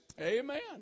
Amen